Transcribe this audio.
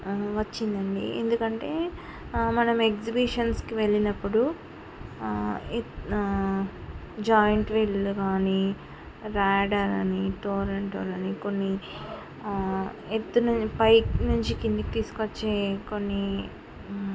వచ్చిందండి ఎందుకంటే మనం ఎగ్జిబిషన్స్కి వెళ్ళినప్పుడు ఎ జాయింట్ విల్ గానీ రాడార్ అని టొరెంట్టోల్ అని కొన్ని ఎత్తు నుం పైకి నుంచి కిందకి తీసుకొచ్చే కొన్ని